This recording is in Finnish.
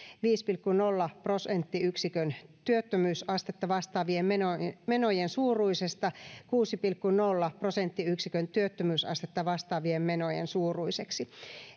viisi pilkku nolla prosenttiyksikön työttömyysastetta vastaavien menojen menojen suuruisesta kuusi pilkku nolla prosenttiyksikön työttömyysastetta vastaavien menojen suuruiseksi